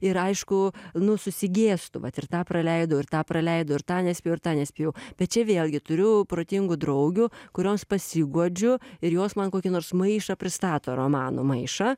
ir aišku nu susigėstu vat ir tą praleidau ir tą praleidau ir tą nespėjau ir tą nespėjau bet čia vėlgi turiu protingų draugių kurios pasiguodžiu ir jos man kokį nors maišą pristato romanų maišą